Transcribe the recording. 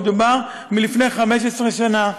מדובר בלפני 15 שנה,